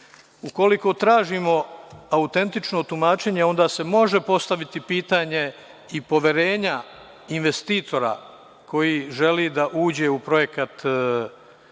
Ukoliko tražimo autentično tumačenje, onda se može postaviti pitanje i poverenja investitora koji želi da uđe u projekat privatizacije